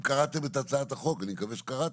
אם קראתם את הצעת החוק, ואני מקווה שקראתם.